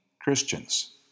Christians